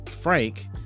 Frank